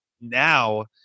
now